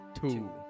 Two